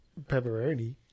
Pepperoni